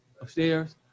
upstairs